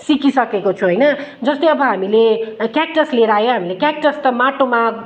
सिकिसकेको छु होइन जस्तै अब हामीले क्याक्टस लिएर आयो हामीले क्याक्टस त माटोमा